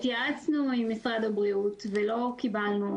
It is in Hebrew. התייעצנו עם משרד הבריאות ולא קיבלנו